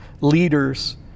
leaders